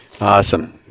Awesome